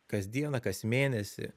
kas dieną kas mėnesį